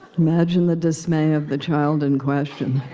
imagine the dismay of the child in question.